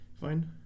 fine